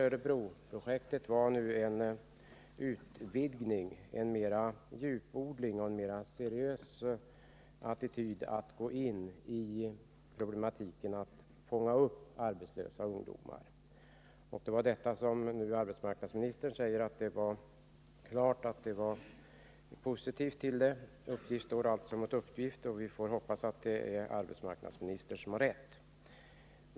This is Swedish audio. Örebroprojektet innebär en utvidgning och en mer seriös attityd när det gäller att ta itu med problemet att fånga upp arbetslösa ungdomar. Det var detta projekt som arbetsmarknadsministern nu säger att regeringen var klart positiv till. Uppgift står alltså mot uppgift. Vi får hoppas att det är arbetsmarknadsministern som har rätt.